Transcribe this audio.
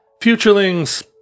Futurelings